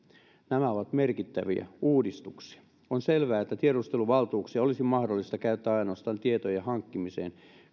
nämä ovat merkittäviä uudistuksia on selvää että tiedusteluvaltuuksia olisi mahdollista käyttää ainoastaan tietojen hankkimiseen